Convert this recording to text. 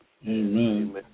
Amen